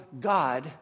God